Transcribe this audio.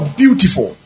beautiful